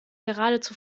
geradezu